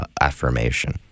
affirmation